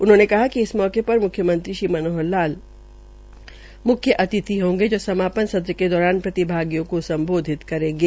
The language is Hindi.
उन्होंने कहा कि इस अवसर पर मुख्यमंत्री श्री मनोहर लाल मुख्य अतिथि होंगे जो समापन सत्र के दौरान प्रतिभागियों को संबोधित करेंगे